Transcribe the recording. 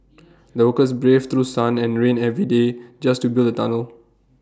the workers braved through sun and rain every day just to build the tunnel